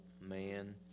man